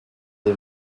des